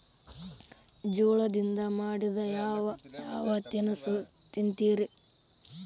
ಜೋಳದಿಂದ ಮಾಡಿದ ಯಾವ್ ಯಾವ್ ತಿನಸು ತಿಂತಿರಿ?